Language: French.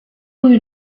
rue